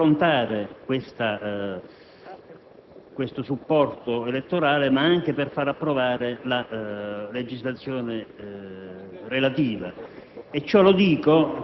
necessario proprio per approntare questo supporto elettorale, nonché per far approvare la legislazione relativa.